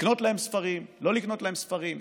לקנות להם ספרים או לא לקנות להם ספרים?